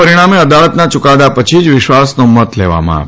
પરિણામે અદાલતના યૂકાદા પછી જ વિશ્વાસનો મત લેવામાં આવે